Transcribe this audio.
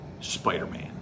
Spider-Man